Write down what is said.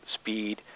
speed